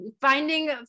finding